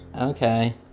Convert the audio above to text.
Okay